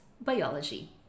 biology